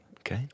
Okay